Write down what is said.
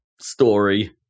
story